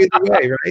right